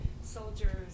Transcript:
soldiers